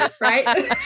right